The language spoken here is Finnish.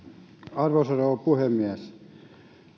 arvoisa rouva puhemies